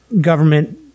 government